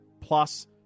plus